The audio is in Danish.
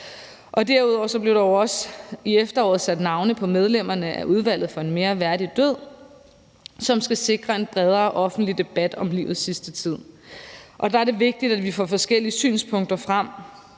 Derudover blev der jo i efteråret også sat navne på medlemmerne af Udvalget for en mere værdig død, som skal sikre en bredere offentlig debat om livets sidste tid. Der er det vigtigt, at vi får forskellige synspunkter frem,